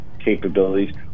capabilities